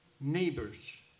Neighbors